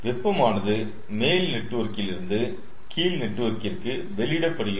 வெப்பமானது மேல் நெட்வொர்க்கிலிருந்து கீழ் நெட்வொர்கிருக்கு வெளியிடப்படுகிறது